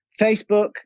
Facebook